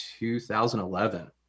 2011